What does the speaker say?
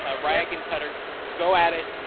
ah rayek and cutter go at it,